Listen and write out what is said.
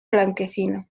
blanquecino